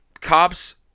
cops